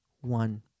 One